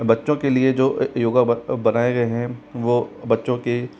बच्चों के लिए जो योग बनाए गए हैं वो बच्चों के